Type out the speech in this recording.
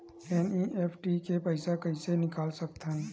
NEFT ले पईसा कइसे निकाल सकत हन?